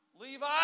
Levi